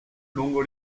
lungo